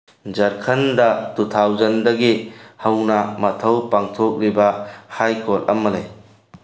ꯖꯔꯈꯟꯗ ꯇꯨ ꯊꯥꯎꯖꯟꯗꯒꯤ ꯍꯧꯅ ꯃꯊꯧ ꯄꯥꯡꯊꯣꯛꯂꯤꯕ ꯍꯥꯏ ꯀꯣꯠ ꯑꯃ ꯂꯩ